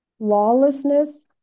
Lawlessness